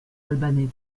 albanais